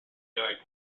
yard